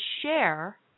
share